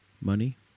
money